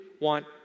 want